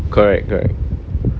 correct correct